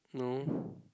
no